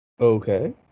Okay